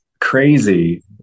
crazy